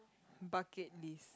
bucket list